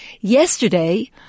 Yesterday